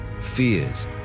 fears